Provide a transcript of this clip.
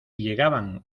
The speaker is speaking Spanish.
llegaban